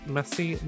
Messy